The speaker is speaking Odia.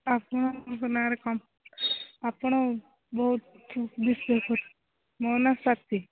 ଆପଣଙ୍କ ନାଁରେ କମ୍ପ ଆପଣ ବହୁତ ମୋ ନା ଶ୍ୱାତି